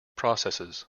processes